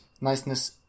Niceness